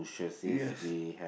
yes